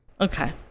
Okay